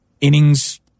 innings